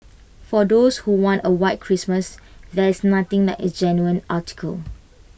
for those who want A white Christmas there is nothing like A genuine article